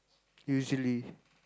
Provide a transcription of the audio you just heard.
usually